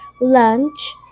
lunch